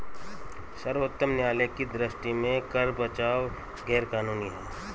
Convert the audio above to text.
सर्वोच्च न्यायालय की दृष्टि में कर बचाव गैर कानूनी है